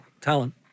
talent